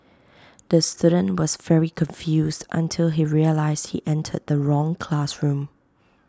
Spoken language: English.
the student was very confused until he realised he entered the wrong classroom